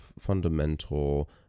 fundamental